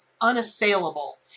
unassailable